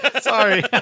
Sorry